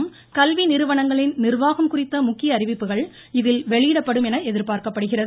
பு கல்வி நிறுவனங்களின் நிர்வாகம் குறித்த முக்கிய அறிவிப்புகள் இதில் வெளியிடப்படும் என எதிர்பார்க்கப்படுகிறது